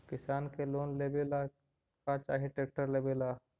किसान के लोन लेबे ला का चाही ट्रैक्टर लेबे ला?